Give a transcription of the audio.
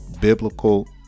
biblical